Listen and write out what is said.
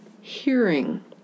hearing